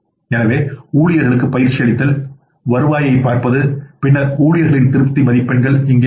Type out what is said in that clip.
எனவே ஊழியர்களுக்கு பயிற்சி அளித்தல் வருவாயைப் பார்ப்பது பின்னர் ஊழியர்களின் திருப்தி மதிப்பெண்கள் இங்கே முக்கியம்